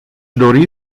dori